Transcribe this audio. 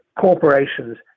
corporations